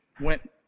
went